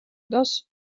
dos